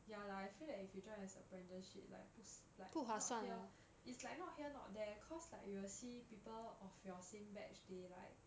ya lah I feel that if you join as apprenticeship like 不 it's like not here it's like not here not there cause like you will see people of your same batch they like